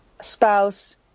spouse